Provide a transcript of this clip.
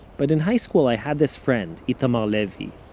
but in high school i had this friend, itamar levy,